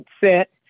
set